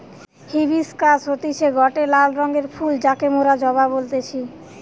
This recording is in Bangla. হিবিশকাস হতিছে গটে লাল রঙের ফুল যাকে মোরা জবা বলতেছি